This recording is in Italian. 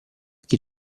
chi